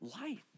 light